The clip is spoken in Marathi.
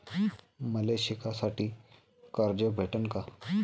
मले शिकासाठी कर्ज भेटन का?